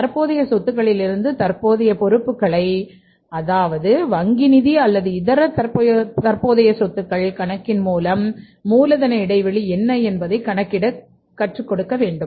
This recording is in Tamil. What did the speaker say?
தற்போதைய சொத்துக்களிலிருந்து தற்போதைய பொறுப்புகளை அதாவது வங்கி நிதி அல்லது இதர தற்போதைய சொத்துக்கள் கணக்கின் மூலம் மூலதன இடைவெளி என்ன என்பதை கணக்கிட கற்றுக் கொடுக்க வேண்டும்